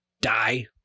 die